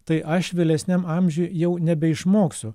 tai aš vėlesniam amžiuj jau nebeišmoksiu